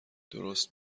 درست